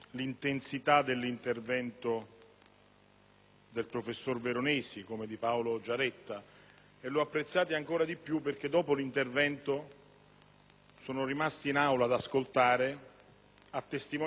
del professor Veronesi, come di Paolo Giaretta, e li ho apprezzati ancora di più perché dopo l'intervento sono rimasti in Aula ad ascoltare, a testimonianza - ahimè, siamo in pochi